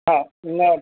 हा हिन